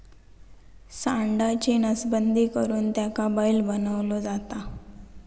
सांडाची नसबंदी करुन त्याका बैल बनवलो जाता